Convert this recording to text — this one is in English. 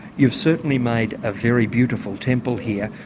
you've certainly made a very beautiful temple here.